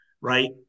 right